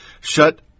Shut